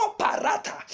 Parata